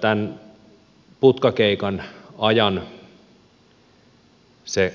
tämän putkakeikan ajan se